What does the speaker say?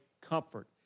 comfort